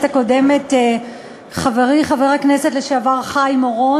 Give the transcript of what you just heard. הקודמת חברי חבר הכנסת לשעבר חיים אורון,